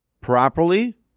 properly